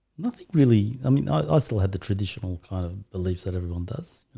nothing, really. i mean, i i still had the traditional kind of beliefs that everyone does,